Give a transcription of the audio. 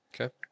okay